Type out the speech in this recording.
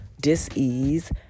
dis-ease